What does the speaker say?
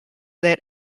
that